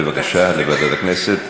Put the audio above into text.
בבקשה, לוועדת הכנסת.